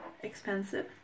expensive